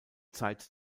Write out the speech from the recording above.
zeit